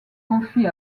confie